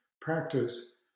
practice